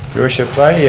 your worship, i yeah